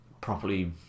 properly